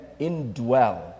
indwell